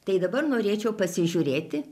tai dabar norėčiau pasižiūrėti